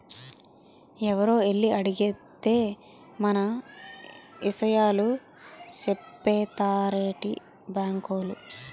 ఎవరో ఎల్లి అడిగేత్తే మన ఇసయాలు సెప్పేత్తారేటి బాంకోలు?